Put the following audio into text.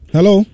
Hello